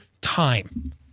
time